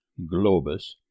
Globus